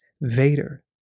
Vader